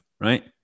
Right